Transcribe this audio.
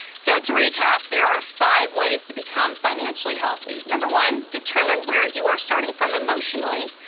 so, to recap there are five ways to become financially healthy. number one, determine where you are starting from emotionally.